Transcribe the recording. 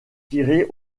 tiré